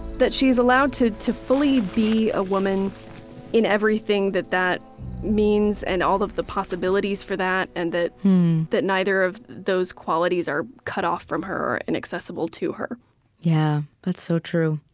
that she's allowed to to fully be a woman in everything that that means and all of the possibilities for that, and that that neither of those qualities are cut off from her or inaccessible to her yeah that's so true.